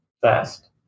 fast